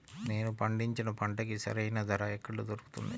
నేను పండించిన పంటకి సరైన ధర ఎక్కడ దొరుకుతుంది?